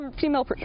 Female